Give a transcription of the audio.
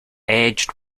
edged